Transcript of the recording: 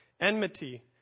enmity